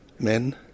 Men